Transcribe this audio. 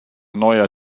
neuer